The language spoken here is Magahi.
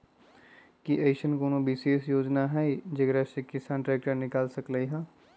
कि अईसन कोनो विशेष योजना हई जेकरा से किसान ट्रैक्टर निकाल सकलई ह?